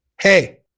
hey